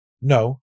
No